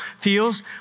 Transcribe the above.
feels